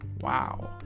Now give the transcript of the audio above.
Wow